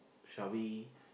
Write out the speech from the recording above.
shall we